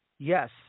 Yes